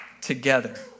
together